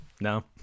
no